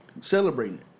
celebrating